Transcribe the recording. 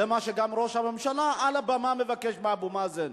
זה גם מה שראש הממשלה מבקש מעל הבמה מאבו מאזן.